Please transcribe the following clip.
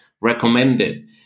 recommended